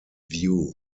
view